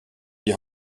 die